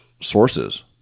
sources